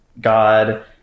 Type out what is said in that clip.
God